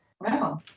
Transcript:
Wow